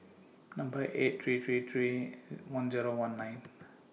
Number eight three three three one Zero one nine